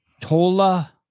Tola